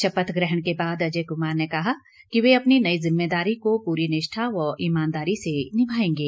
शपथ ग्रहण के बाद अजय कुमार ने कहा कि ये अपनी नई जिम्मेदारी को पूरी निष्ठा व ईमानदारी से निभाएंगे